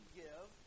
give